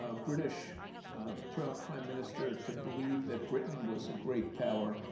ah british prime prime minister to believe that britain was a great power,